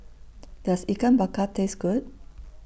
Does Ikan Bakar Taste Good